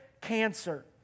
cancer